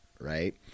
right